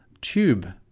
tube